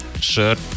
shirt